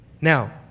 Now